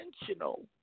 intentional